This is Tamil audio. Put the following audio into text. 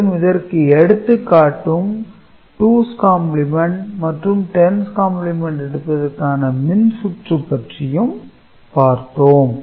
மேலும் இதற்கு எடுத்துக்காட்டும் 2's கம்பிளிமெண்ட் மற்றும் 10's கம்பிளிமெண்ட் எடுப்பதற்கான மின்சுற்று பற்றியும் பார்த்தோம்